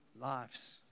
lives